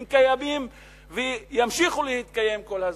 הם קיימים וימשיכו להתקיים כל הזמן,